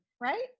right